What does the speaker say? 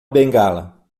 bengala